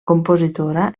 compositora